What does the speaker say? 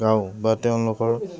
গাঁও বা তেওঁলোকৰ